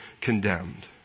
condemned